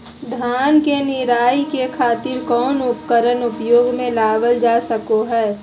धान के निराई के खातिर कौन उपकरण उपयोग मे लावल जा सको हय?